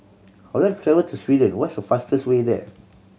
would like to travel to Sweden what's the fastest way there